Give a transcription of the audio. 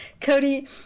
Cody